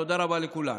תודה רבה לכולם.